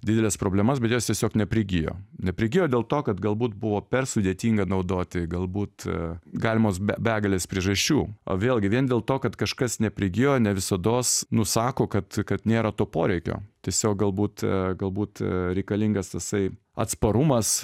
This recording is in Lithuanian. dideles problemas bet jos tiesiog neprigijo neprigijo dėl to kad galbūt buvo per sudėtinga naudoti galbūt galimos begalės priežasčių o vėlgi vien dėl to kad kažkas neprigijo ne visados nusako kad kad nėra to poreikio tiesiog galbūt galbūt reikalingas tasai atsparumas